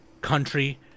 country